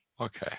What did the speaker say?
okay